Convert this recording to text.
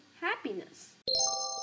happiness